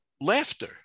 laughter